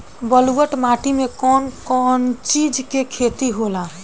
ब्लुअट माटी में कौन कौनचीज के खेती होला?